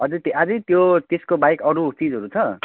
अझै त्यो आझै त्यो त्यसको बाहेक अरू चिजहरू छ